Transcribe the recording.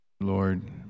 lord